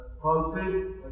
pulpit